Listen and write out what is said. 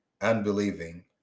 unbelieving